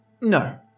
No